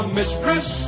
mistress